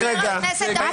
אנחנו בדיון ענייני.